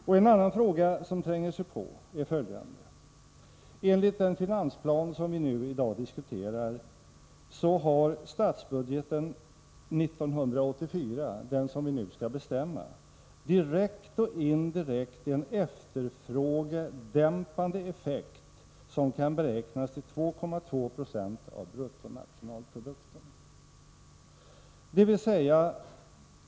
Och en annan fråga som tränger sig på är följande: Enligt den finansplan som vi i dag diskuterar har statsbudgeten 1984 direkt och indirekt en efterfrågedämpande effekt som kan beräknas till 2,270 av bruttonationalprodukten.